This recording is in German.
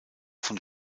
von